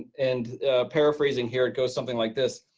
and paraphrasing here, it goes something like this.